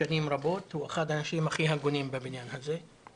שנים רבות, הוא אחד האנשים הכי הגונים בבניין הזה.